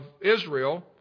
Israel